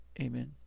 amen